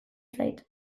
zait